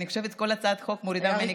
אני חושבת שכל הצעת חוק מורידה ממני,